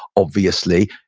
obviously,